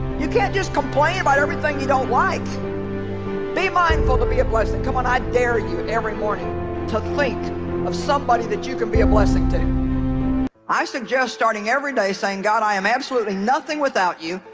you can't just complain about everything you don't like be mindful to be a blessing. come on. i dare you every morning to think of somebody that you can be a blessing to i suggest starting every day saying god, i am absolutely nothing without you.